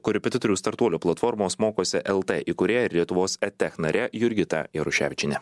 korepetitorių startuolių platformos mokosi lt įkūrėja lietuvos edtech nare jurgita jaruševičiene